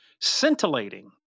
scintillating